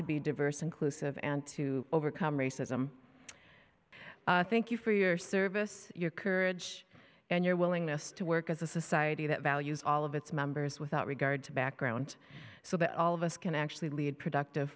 to be diverse inclusive and to overcome racism thank you for your service your courage and your willingness to work as a society that values all of its members without regard to background so that all of us can actually lead productive